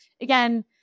Again